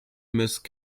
must